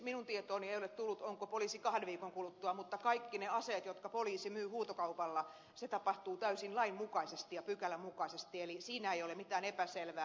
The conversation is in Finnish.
minun tietooni ei ole tullut onko poliisi siellä kahden viikon kuluttua mutta aina kun poliisi myy aseita huutokaupalla se tapahtuu täysin lain mukaisesti ja pykälän mukaisesti eli siinä ei ole mitään epäselvää